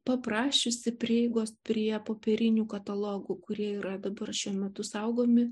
paprašiusi prieigos prie popierinių katalogų kurie yra dabar šiuo metu saugomi